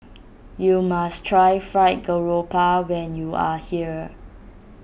you must try Fried Garoupa when you are here